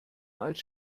als